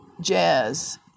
jazz